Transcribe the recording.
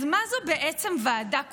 אז מה זו בעצם ועדה קרואה?